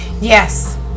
Yes